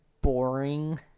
boring